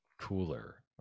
cooler